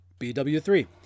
BW3